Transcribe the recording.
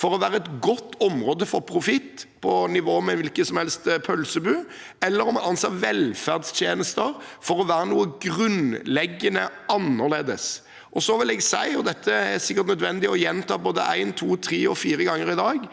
for å være et godt område for profitt, på nivå med hvilken som helst pølsebod, eller om man anser velferdstjenester for å være noe grunnleggende annerledes. Dette er det sikkert nødvendig å gjenta både én, to, tre og fire ganger i dag: